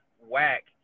whack